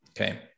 Okay